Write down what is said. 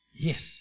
Yes